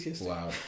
Wow